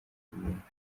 byinshi